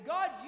God